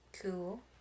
Cool